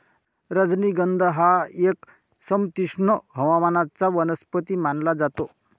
राजनिगंध हा एक समशीतोष्ण हवामानाचा वनस्पती मानला जातो